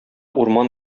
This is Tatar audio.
урман